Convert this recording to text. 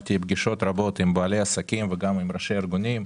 ערכתי פגישות רבות עם בעלי עסקים ועם ראשי ארגונים.